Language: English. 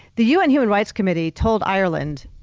the un human rights committee told ireland,